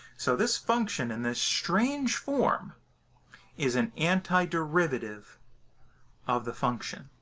so this function in this strange form is an antiderivative of the function.